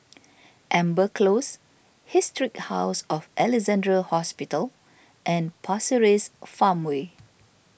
Amber Close Historic House of Alexandra Hospital and Pasir Ris Farmway